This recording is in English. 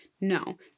No